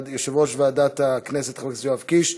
מיושב-ראש ועדת הכנסת, חבר הכנסת יואב קיש,